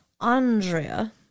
Andrea